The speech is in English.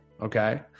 okay